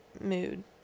mood